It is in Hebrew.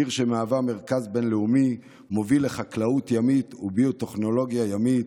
עיר שמהווה מרכז בין-לאומי מוביל לחקלאות ימית וביו-טכנולוגיה ימית.